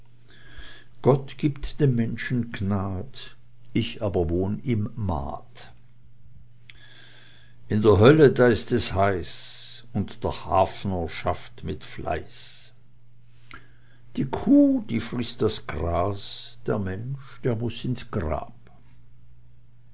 gott gibt dem menschen gnad ich aber wohn im maad in der hölle da ist es heiß und der hafner schafft mit fleiß die kuh die frißt das gras der mensch der muß ins grab